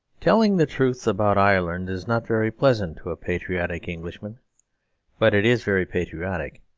telling the truth about ireland is not very pleasant to a patriotic englishman but it is very patriotic.